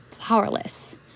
powerless